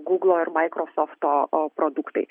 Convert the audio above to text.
gūglo ir maikrosofto produktai